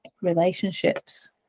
relationships